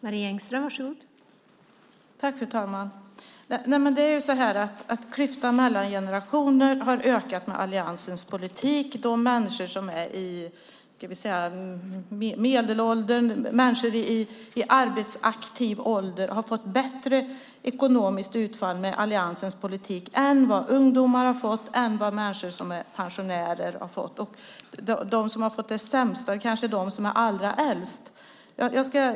Fru talman! Klyftan mellan generationer har ökat med alliansens politik. Människor i medelåldern, i arbetsaktiv ålder, har fått bättre ekonomiskt utfall med alliansens politik än vad ungdomar och pensionärer har fått. De som har fått det sämst är kanske de som är allra äldst.